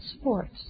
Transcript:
sports